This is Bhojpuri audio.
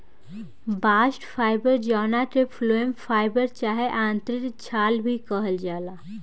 बास्ट फाइबर जवना के फ्लोएम फाइबर चाहे आंतरिक छाल भी कहल जाला